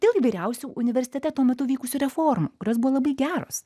dėl įvairiausių universitete tuo metu vykusių reformų kurios buvo labai geros